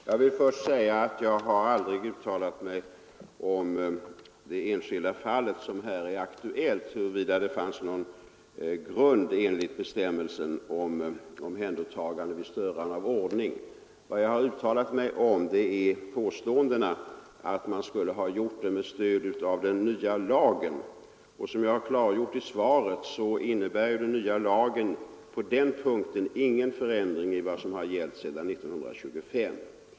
Herr talman! Jag vill först säga att jag aldrig har uttalat mig om huruvida det i det enskilda fall som här är aktuellt fanns någon grund för ingripande enligt bestämmelsen om omhändertagande vid störande av ordning. Vad jag har uttalat mig om är påståendena att man skulle ha gjort det med stöd av den nya lagen. Som jag har klarlagt i svaret innebär ju den nya lagen på den punkten ingen förändring i vad som har gällt sedan 1925.